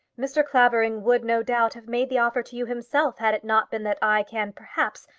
mr. clavering would, no doubt, have made the offer to you himself, had it not been that i can, perhaps,